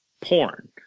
porn